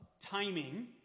timing